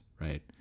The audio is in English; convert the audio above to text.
right